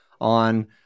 on